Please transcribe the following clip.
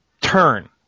turn